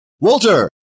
Walter